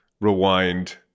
Rewind